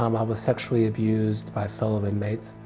um i was sexually abused by fellow inmates.